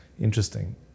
Interesting